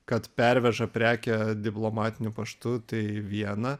kad perveža prekę diplomatiniu paštu tai viena